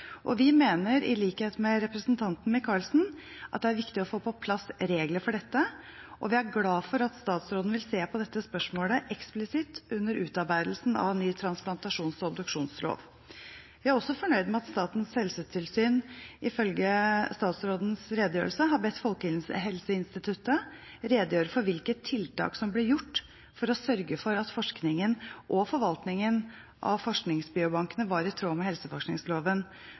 tillatelse. Vi mener, i likhet med representanten Micaelsen, at det er viktig å få på plass regler for dette, og vi er glade for at statsråden vil se på dette spørsmålet eksplisitt under utarbeidelsen av ny transplantasjons- og obduksjonslov. Vi er også fornøyd med at Statens helsetilsyn ifølge statsrådens redegjørelse har bedt Folkehelseinstituttet redegjøre for hvilke tiltak som ble gjort for å sørge for at forskningen og forvaltningen av forskningsbiobankene var i tråd med helseforskningsloven